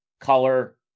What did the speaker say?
Color